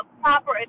proper